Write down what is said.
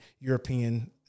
European